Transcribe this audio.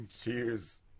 Cheers